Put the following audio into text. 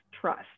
trust